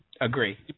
Agree